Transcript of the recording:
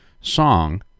song